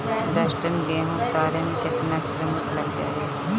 दस टन गेहूं उतारे में केतना श्रमिक लग जाई?